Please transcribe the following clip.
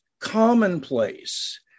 commonplace